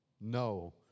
No